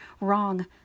wrong